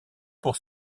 pour